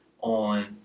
on